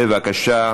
בבקשה.